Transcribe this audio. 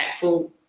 impactful